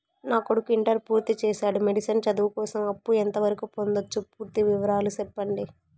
నా కొడుకు ఇంటర్ పూర్తి చేసాడు, మెడిసిన్ చదువు కోసం అప్పు ఎంత వరకు పొందొచ్చు? పూర్తి వివరాలు సెప్పండీ?